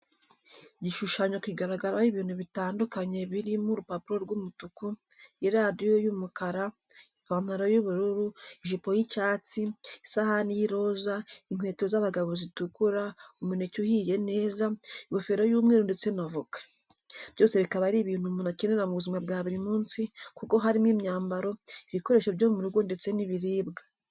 Igishushanyo kigaragaraho ibintu bitandukanye birimo ururabo rw'umutuku, iradiyo y'umukara, ipantaro y'ubururu, ijipo y'icyatsi, isahani y'iroza, inkweto z'abagabo zitukura, umuneke uhiye neza, ingofero y'umweru ndetse n'avoka. Byose bikaba ari ibintu umuntu akenera mu buzima bwa buri munsi kuko harimo imyambaro, ibikoresho byo mu rugo ndetse n'ibiribwa.